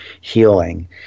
healing